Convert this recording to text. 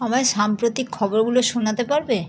আমায় সাম্প্রতিক খবরগুলো শোনাতে পারবে